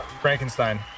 Frankenstein